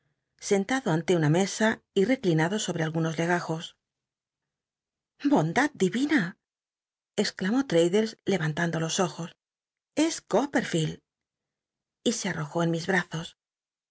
sentado ante una mesa y reclinado sobre algunos legajos i bondad diyina exclamó tmddles lcyantando los ojos es copperlleld y se arrojó en mis bl'azos